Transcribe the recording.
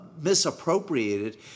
misappropriated